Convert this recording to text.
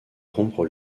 rompre